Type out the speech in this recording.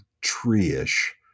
tree-ish